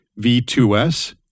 V2S